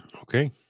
Okay